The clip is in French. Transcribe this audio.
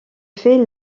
fait